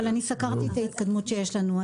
אבל אני סקרתי את ההתקדמות שיש לנו.